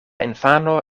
infano